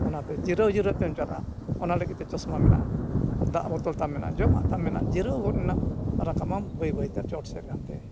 ᱚᱱᱟᱛᱮ ᱡᱤᱨᱟᱹᱣᱼᱡᱤᱨᱟᱹᱣ ᱛᱮᱢ ᱪᱟᱞᱟᱜᱼᱟ ᱚᱱᱟ ᱞᱟᱹᱜᱤᱫ ᱛᱮ ᱪᱚᱥᱢᱟ ᱢᱮᱱᱟᱜᱼᱟ ᱫᱟᱜ ᱵᱚᱛᱚᱞ ᱛᱟᱢᱟ ᱡᱚᱢᱟᱜ ᱛᱟᱢ ᱢᱮᱱᱟᱜᱼᱟ ᱡᱤᱨᱟᱹᱣ ᱜᱚᱫ ᱮᱱᱟᱢ ᱨᱟᱠᱟᱢ ᱵᱟᱹᱭᱼᱵᱟᱹᱭᱛᱮ ᱪᱚᱴ ᱥᱮᱫ ᱨᱮ ᱦᱟᱱᱛᱮ